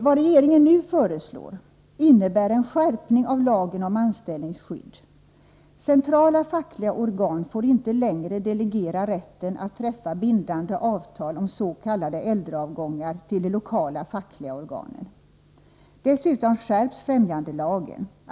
Vad regeringen nu föreslår innebär en skärpning av lagen om anställningsskydd. Centrala fackliga organ får inte längre delegera rätten att träffa bindande avtal om s.k. äldreavgångar till de lokala fackliga organen. Dessutom skärps främjandelagen.